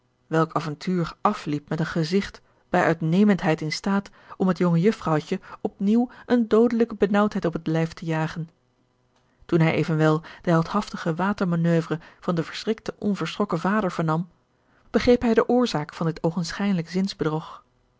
welk avontuur afliep met een gezigt bij uitnemendheid in staat om het jonge jufvrouwtje op nieuw eene doodelijke benaauwdheid op het lijf te jagen toen hij evenwel de heldhaftige watermanoeuvre van den verschrikten onverschrokken vader vernam begreep hij de oorzaak van dit oogenschijnlijk